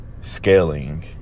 scaling